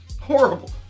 Horrible